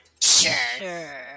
Sure